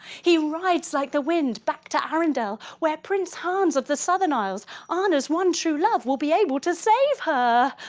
he rides like the wind back to arendelle where prince hans of the southern isles, um anna's one true love will be able to save her.